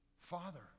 father